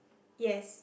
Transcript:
yes